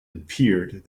appeared